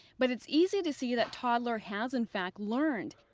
but it's easy to see that toddler has in fact learned,